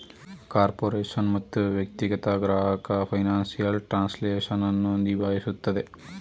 corporation ಮತ್ತು ವ್ಯಕ್ತಿಗತ ಗ್ರಾಹಕ ಫೈನಾನ್ಸಿಯಲ್ ಟ್ರಾನ್ಸ್ಲೇಷನ್ ಅನ್ನು ನಿಭಾಯಿಸುತ್ತದೆ